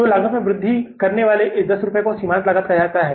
तो लागत में वृद्धि करने वाले इस 10 रुपये को सीमांत लागत कहा जाता है